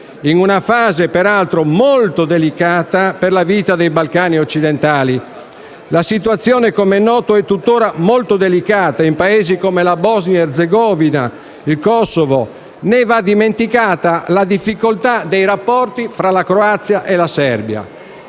in una fase peraltro molto delicata per la vita dei Balcani occidentali. La situazione - com'è noto - è tuttora molto delicata in Paesi come la Bosnia-Erzegovina e il Kosovo, né va dimenticata la difficoltà dei rapporti fra la Croazia e la Serbia.